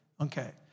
Okay